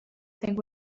think